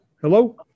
Hello